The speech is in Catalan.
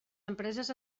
empreses